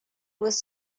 was